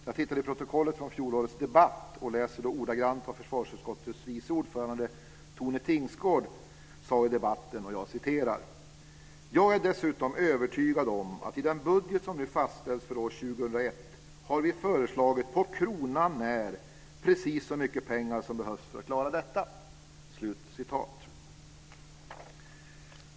Jag tittade i protokollet från fjolårets debatt, och jag läser ordagrant vad försvarsutskottets vice ordförande Tone Tingsgård sade i debatten: "Jag är dessutom övertygad om att i den budget som nu fastställs för år 2001 har vi föreslagit på kronan när precis så mycket pengar som behövs för att klara detta."